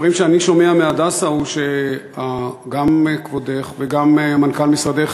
הדברים שאני שומע מ"הדסה" הם שגם כבודך וגם מנכ"ל משרדך